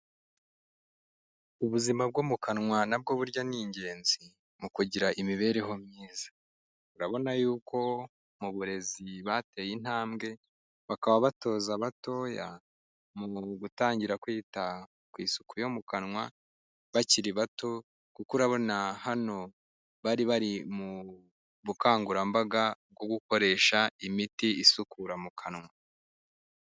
Ubuzima bwo mu kanwa na bwo burya ni ingenzi, mu kugira imibereho myiza. Urabona yuko mu burezi bateye intambwe, bakaba batoza abatoya mu gutangira kwita ku isuku yo mu kanwa bakiri bato, kuko urabona hano bari bari mu bukangurambaga, bwo gukoresha imiti isukura mu kanwa.